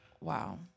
wow